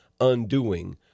undoing